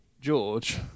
George